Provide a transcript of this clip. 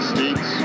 States